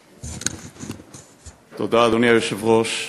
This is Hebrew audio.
תודה, אדוני היושב-ראש.